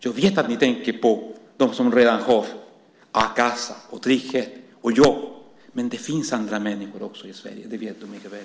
Jag vet att ni tänker på dem som redan har a-kassa, trygghet och jobb, men det finns andra människor i Sverige också, och det vet ni mycket väl.